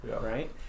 right